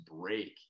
break